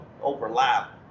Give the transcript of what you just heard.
overlap